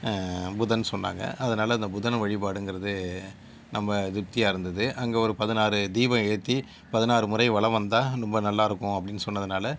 புதன் சொன்னாங்க அதனால் அந்த புதன் வழிபாடுங்கிறது ரொம்ப திருப்தியாக இருந்தது அங்கே ஒரு பதினாறு தீபம் ஏற்றி பதினாறு முறை வலம் வந்தால் ரொம்ப நல்லா இருக்கும் அப்படின்னு சொன்னதினால